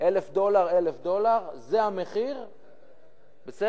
1,000 דולר, 1,000 דולר, זה המחיר, בסדר.